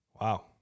Wow